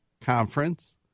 Conference